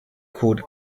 code